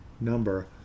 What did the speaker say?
number